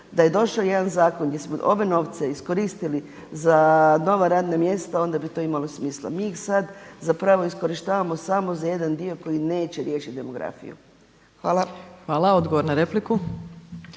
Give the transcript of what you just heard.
Da je došao jedan zakon gdje smo ove novce iskoristili za nova radna mjesta, onda bi to imalo smisla, mi ih sada zapravo iskorištavamo samo za jedan dio koji neće riješiti demografiju. Hvala. **Opačić, Milanka